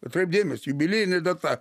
atkreipk dėmesį jubiliejinė data